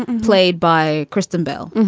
played by kristen bell.